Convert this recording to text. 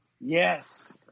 Yes